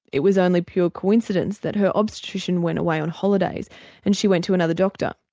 it was only pure coincidence that her obstetrician went away on holidays and she went to another doctor.